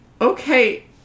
Okay